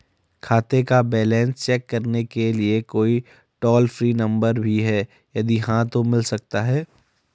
खाते का balance check करने के लिए कोई टॉल फ्री नम्बर भी है यदि हाँ तो मिल सकता है?